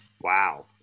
Wow